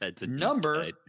number